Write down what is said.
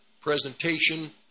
presentation